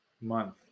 month